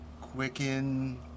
quicken